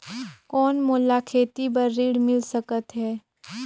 कौन मोला खेती बर ऋण मिल सकत है?